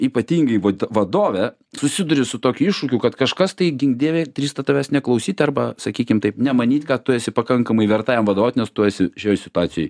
ypatingai vat vadovė susiduri su tokiu iššūkiu kad kažkas tai gink dieve drįsta tavęs neklausyt arba sakykim taip nemanyt kad tu esi pakankamai verta jam vadovaut nes tu esi šioj situacijoj